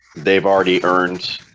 they've already earned